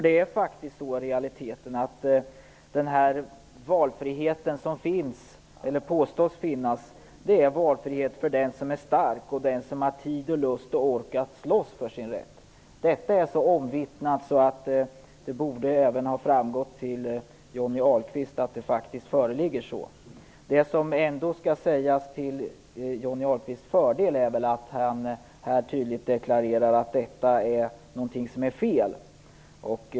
Det är faktiskt i realiteten så att den valfrihet som påstås finnas är valfriheten för den som är stark och som har tid, lust och ork att slåss för sin rätt. Det är så omvittnat att det även borde ha nått fram till Johnny Ahlqvist att det är så. Det som ändå skall sägas till Johnny Ahlqvists fördel är att han tydligt deklarerar att något är fel.